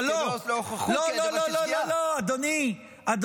אבל לא -- אבל הסכמי אוסלו הוכחו כשגיאה.